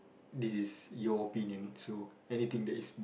this is your opinion so anything that is